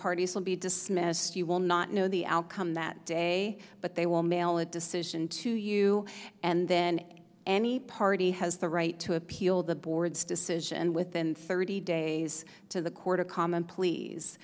parties will be dismissed you will not know the outcome that day but they will mail a decision to you and then any party has the right to appeal the board's decision within thirty days to the court of common pleas